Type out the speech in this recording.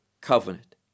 covenant